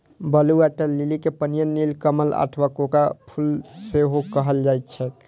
blue water lily कें पनिया नीलकमल अथवा कोका फूल सेहो कहल जाइ छैक